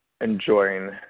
enjoying